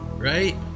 Right